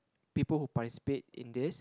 people who participate in this